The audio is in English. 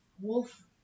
wolf